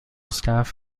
staff